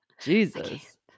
Jesus